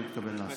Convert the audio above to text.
אני מתכוון לעשות.